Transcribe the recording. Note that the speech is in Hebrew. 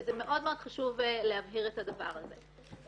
וזה מאוד מאוד חשוב להבהיר את הדבר הזה.